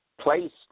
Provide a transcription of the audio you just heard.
placed